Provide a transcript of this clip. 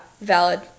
valid